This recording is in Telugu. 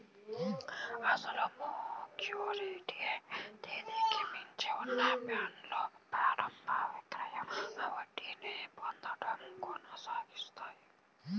అసలు మెచ్యూరిటీ తేదీకి మించి ఉన్న బాండ్లు ప్రారంభ విక్రయం వడ్డీని పొందడం కొనసాగించాయి